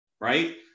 right